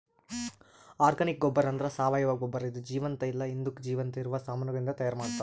organic ಗೊಬ್ಬರ ಅಂದ್ರ ಸಾವಯವ ಗೊಬ್ಬರ ಇದು ಜೀವಂತ ಇಲ್ಲ ಹಿಂದುಕ್ ಜೀವಂತ ಇರವ ಸಾಮಾನಗಳಿಂದ್ ತೈಯಾರ್ ಮಾಡ್ತರ್